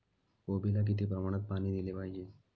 कोबीला किती प्रमाणात पाणी दिले पाहिजे?